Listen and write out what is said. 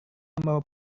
membawa